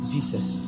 Jesus